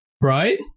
right